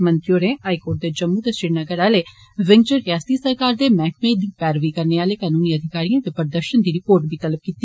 मंत्री होरें high court दे जम्मू ते श्रीनगर आले विंग च रियासती सरकार दे मैहकमें दी पैरवी करने आले कनूनी अधिकारिए दे प्रदर्शन दी रिपोर्ट बी तलब कीती